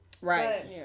Right